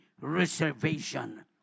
reservation